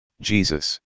Jesus